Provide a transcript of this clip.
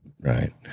Right